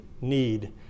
need